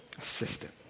Assistant